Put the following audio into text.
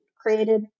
created